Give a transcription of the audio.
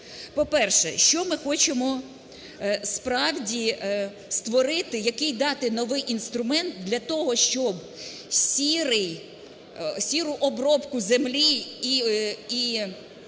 По-перше, що ми хочемо справді створити, який дати новий інструмент для того, щоб "сіру" обробку землі і